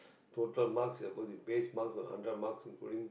total marks supposedly the base mark is hundred marks including